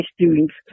students